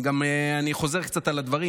אני גם חוזר קצת על הדברים,